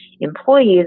employees